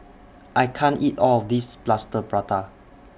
I can't eat All of This Plaster Prata